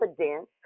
evidence